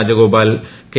Rajagopal K